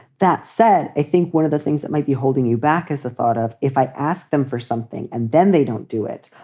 that said, i think one of the things that might be holding you back is the thought of if i ask them for something and then they don't do it,